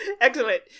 Excellent